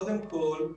קודם כול,